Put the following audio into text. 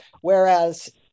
whereas